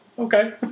Okay